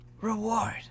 reward